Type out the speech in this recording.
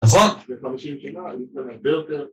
נכון? יש לנו שיר כמעט, ויש לנו הרבה יותר